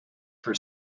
for